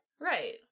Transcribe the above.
Right